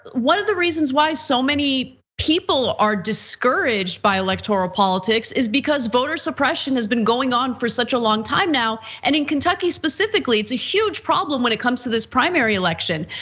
one of the reasons why so many people are discouraged by electoral politics is because voter suppression has been going on for such a long time now. and in kentucky specifically, it's a huge problem when it comes to this primary election.